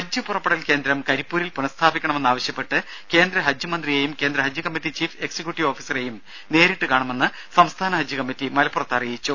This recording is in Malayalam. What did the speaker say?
രംഭ പുറപ്പെടൽ കേന്ദ്രം കരിപ്പൂരിൽ ഹജ്ജ് പുനഃസ്ഥാപിക്കണമെന്നാവശ്യപ്പെട്ട് കേന്ദ്ര ഹജ്ജ് മന്ത്രിയെയും കേന്ദ്ര ഹജ്ജ് കമ്മറ്റി ചീഫ് എക്സിക്യുട്ടീവ് ഓഫീസറെയും നേരിട്ട് കാണുമെന്ന് സംസ്ഥാന ഹജ്ജ് കമ്മറ്റി മലപ്പുറത്ത് അറിയിച്ചു